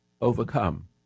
overcome